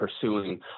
pursuing